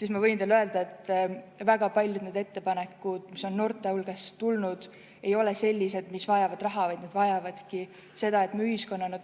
raha. Ma võin teile öelda, et väga paljud ettepanekud, mis on noorte hulgast tulnud, ei ole sellised, mis vajavad raha, vaid nad vajavadki seda, et me ühiskonnana